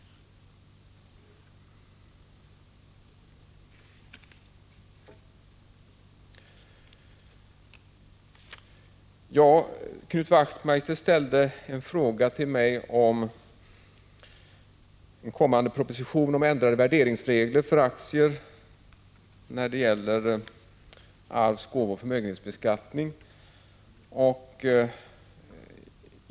Knut Wachtmeister ställde en fråga till mig om en kommande proposition om ändrade värderingsregler för aktier i fråga om arvs-, gåvooch förmögenhetsbeskattning.